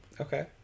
Okay